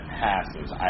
passes